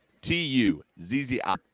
T-U-Z-Z-I